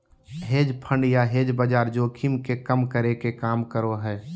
hedge fund या hedge बाजार जोखिम के कम करे के काम करो हय